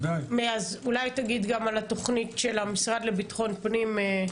אולי תגיד גם על התוכנית של המשרד לביטחון פנים.